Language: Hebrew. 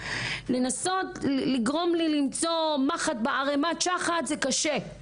לנסות לגרום לי למצוא מחט בערימת שחת זה קשה.